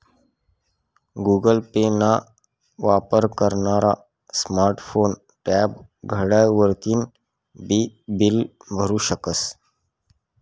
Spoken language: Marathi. गुगल पे ना वापर करनारा स्मार्ट फोन, टॅब, घड्याळ वरतीन बी बील भरु शकस